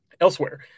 Elsewhere